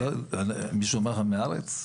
לא, מישהו אמר לך מהארץ?